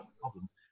problems